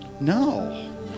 no